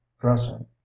dressing